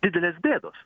didelės bėdos